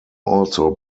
also